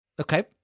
Okay